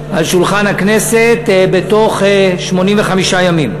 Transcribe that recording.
שולחן הכנסת בתוך 85 ימים.